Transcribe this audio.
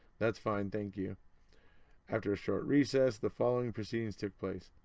that's fine thank you after a short recess the following proceedings took place.